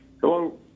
Hello